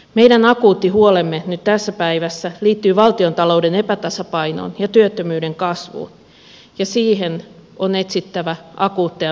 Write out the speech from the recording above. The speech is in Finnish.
meidän akuutti huolemme nyt tässä päivässä liittyy valtiontalouden epätasapainoon ja työttömyyden kasvuun ja siihen on etsittävä akuutteja nopeita ratkaisuja